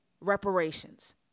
reparations